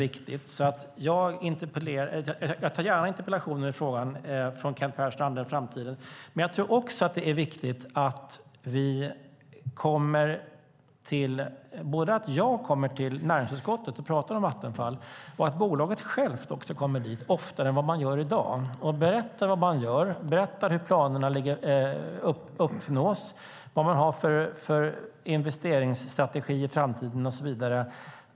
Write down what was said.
Jag har gärna interpellationer i frågan med Kent Persson och andra även framöver, men jag tror att det är viktigt att jag kommer till näringsutskottet och talar om Vattenfall och att även bolaget självt kommer dit oftare än i dag och berättar vad de gör, hur planerna uppnås, vilka investeringsstrategier de har för framtiden och så vidare.